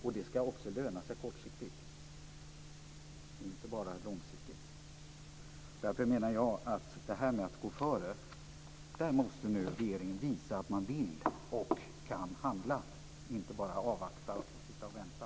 Och det ska också löna sig kortsiktigt, inte bara långsiktigt. Därför menar jag att när det gäller att gå före måste regeringen visa att man vill och kan handla, inte bara avvakta och vänta.